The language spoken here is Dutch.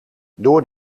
door